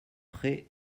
près